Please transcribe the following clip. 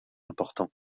importants